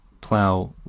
plow